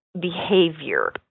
behavior